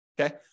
Okay